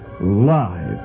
live